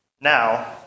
Now